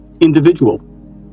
individual